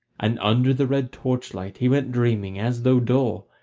and under the red torchlight he went dreaming as though dull,